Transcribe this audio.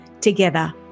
Together